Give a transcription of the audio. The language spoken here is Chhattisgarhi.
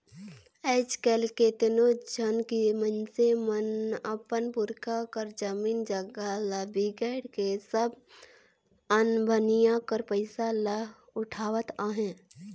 आएज काएल केतनो झन मइनसे मन अपन पुरखा कर जमीन जगहा ल बिगाएड़ के सब अनभनिया कर पइसा ल उड़ावत अहें